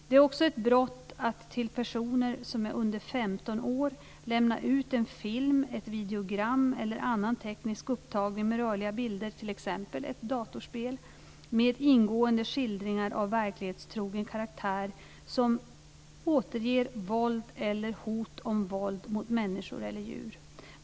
Det är också ett brott att till personer som är under 15 år lämna ut en film, ett videogram eller annan teknisk upptagning med rörliga bilder, t.ex. ett datorspel, med ingående skildringar av verklighetstrogen karaktär som återger våld eller hot om våld mot människor eller djur.